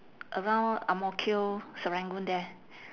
around ang mo kio serangoon there